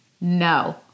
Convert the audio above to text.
no